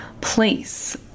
place